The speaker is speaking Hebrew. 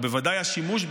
ובוודאי השימוש בה,